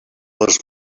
les